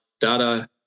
data